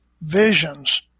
visions